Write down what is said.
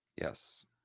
Yes